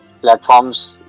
platforms